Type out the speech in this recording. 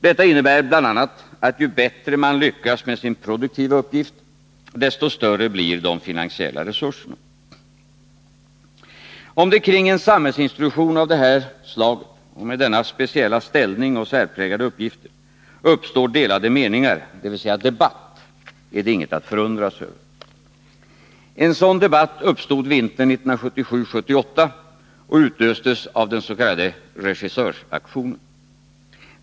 Detta innebär bl.a. att ju bättre man lyckas med sin produktiva uppgift, desto större blir de finansiella resurserna. Om det kring en samhällsinstitution av det här slaget och med denna speciella ställning och dessa särpräglade uppgifter uppstår delade meningar, dvs. debatt, är det inget att förundra sig över. En sådan debatt uppstod vintern 1977/78 och utlöstes av den s.k. regissörsaktionen.